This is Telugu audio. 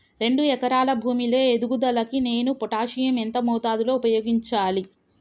రెండు ఎకరాల భూమి లో ఎదుగుదలకి నేను పొటాషియం ఎంత మోతాదు లో ఉపయోగించాలి?